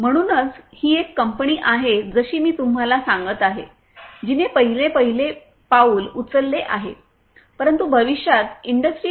म्हणूनच ही एक कंपनी आहे जशी मी तुम्हाला सांगत आहे जिने पहिले पाऊल उचलले आहे परंतु भविष्यात इंडस्ट्री 4